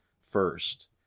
first